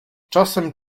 czasem